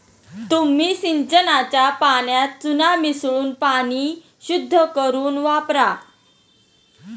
तुम्ही सिंचनाच्या पाण्यात चुना मिसळून पाणी शुद्ध करुन वापरा